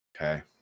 Okay